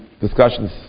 discussions